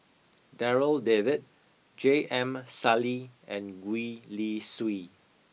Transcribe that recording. Darryl David J M Sali and Gwee Li Sui